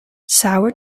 sour